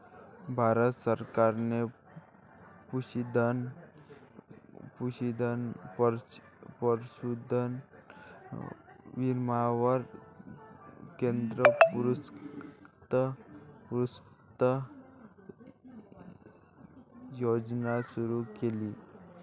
भारत सरकारने पशुधन विम्यावर केंद्र पुरस्कृत योजना सुरू केली